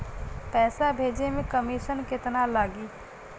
पैसा भेजे में कमिशन केतना लागि?